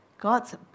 God's